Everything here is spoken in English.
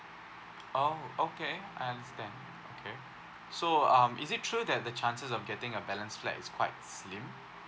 oh okay I understand okay so um is it true that the chances of getting a balance flats is quite slim